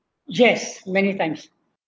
yes many times